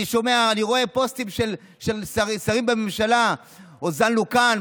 אני רואה פוסטים של שרים בממשלה: הוזלנו כאן,